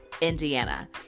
Indiana